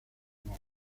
honor